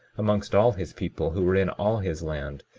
amongst all his people who were in all his land,